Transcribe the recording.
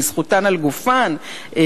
לזכותן על גופן,